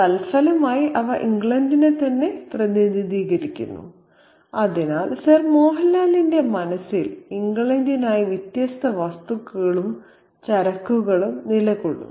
തൽഫലമായി അവ ഇംഗ്ലണ്ടിനെ തന്നെ പ്രതിനിധീകരിക്കുന്നു അതിനാൽ സർ മോഹൻലാൽന്റെ മനസ്സിൽ ഇംഗ്ലണ്ടിനായി വ്യത്യസ്ത വസ്തുക്കളും ചരക്കുകളും നിലകൊള്ളുന്നു